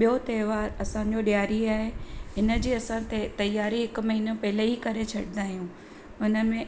ॿियों त्योहारु असांजो ॾियारी आहे हिन जी असां ते तयारी हिकु महीनो पहिरियों ई करे छॾंदा आहियूं हुन में